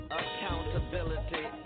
accountability